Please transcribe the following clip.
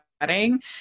wedding